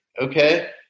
okay